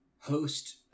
host